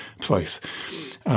place